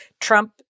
Trump